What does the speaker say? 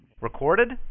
Recorded